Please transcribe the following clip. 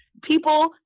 people